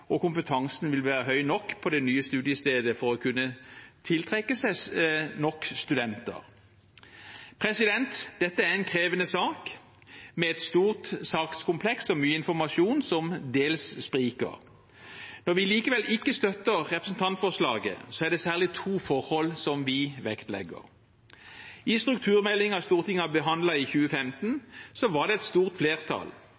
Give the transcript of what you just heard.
og kompetansen vil være høy nok på det nye studiestedet til å kunne tiltrekke seg nok studenter. Dette er en krevende sak, med et stort sakskompleks og mye informasjon, som dels spriker. Når vi likevel ikke støtter representantforslaget, er det særlig to forhold vi vektlegger. I strukturmeldingen Stortinget behandlet i